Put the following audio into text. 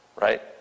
right